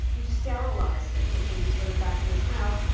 you sterilized it before you put it back in its mouth.